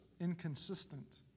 inconsistent